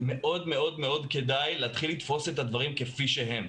מאוד מאוד כדאי להתחיל לתפוס את הדברים כפי שהם,